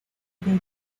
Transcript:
deriva